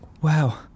Wow